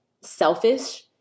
selfish